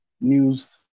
News